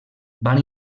van